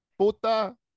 Puta